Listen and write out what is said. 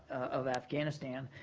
of afghanistan.